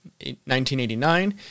1989